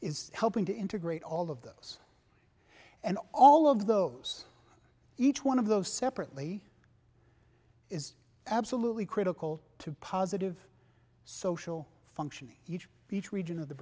is helping to integrate all of those and all of those each one of those separately is absolutely critical to positive social functioning each each region of the